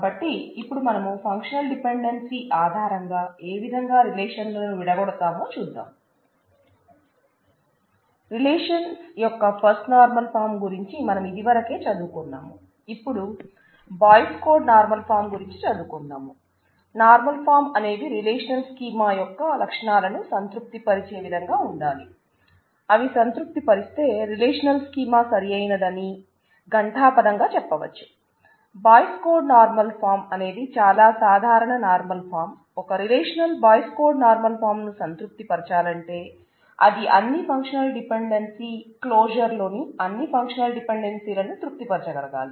కాబట్టి ఇపుడు మనం ఫంక్షనల్ డిపెండెన్సీ ఆధారంగా ఏ విధంగా రిలేషన్లను విడగొడతామో చూద్దాం రిలేషన్స్ యొక్క ఫస్ట్ నార్మల్ ఫాం లోని అన్ని ఫంక్షనల్ డిపెండెన్సీ లని తృప్తి పరచ గలగాలి